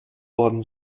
worden